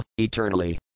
eternally